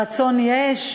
רצון יש,